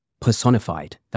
personified